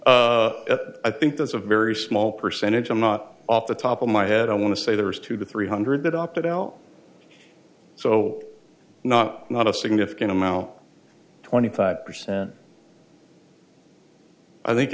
judgment i think that's a very small percentage i'm not off the top of my head i want to say there's two to three hundred that opted out so not not a significant amount twenty five percent i think